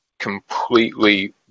completely